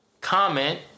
comment